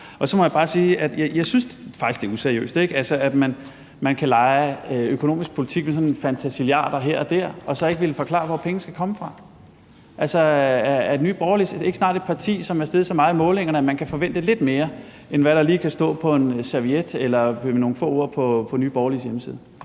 Og så må jeg bare sige, at jeg faktisk synes, det er useriøst, at man kan lege økonomisk politik med fantasilliarder her og der og så ikke vil forklare, hvor pengene skal komme fra. Er Nye Borgerlige ikke et parti, som snart er steget så meget i målingerne, at man kan forvente lidt mere, end hvad der lige kan stå på en serviet eller som nogle få ord på Nye Borgerliges hjemmeside?